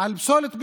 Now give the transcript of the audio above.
על פסולת ביתית,